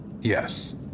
Yes